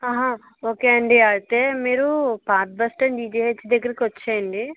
అహ ఓకే అండి అదే మీరు పాత బస్టాండ్ జిజిహెచ్ దగ్గరకి వచ్చేయండి